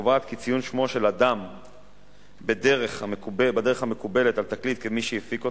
וקובעת כי ציון שמו של אדם בדרך המקובלת על תקליט כמי שהפיק אותו,